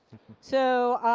so